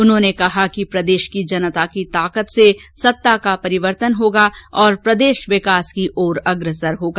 उन्होंने कहा कि प्रदेश की जनता की ताकत से सत्ता का परिवर्तन होगा और प्रदेश विकास की ओर अग्रसर होगा